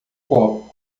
copo